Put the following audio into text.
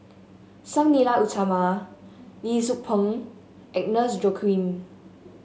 Sang Nila Utama Lee Tzu Pheng Agnes Joaquim